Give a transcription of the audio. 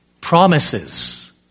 promises